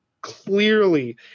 clearly